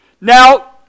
Now